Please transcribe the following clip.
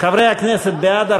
של חברי הכנסת משה גפני,